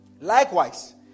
likewise